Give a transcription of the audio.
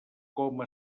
coma